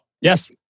Yes